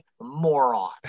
moron